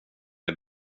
det